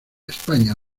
españa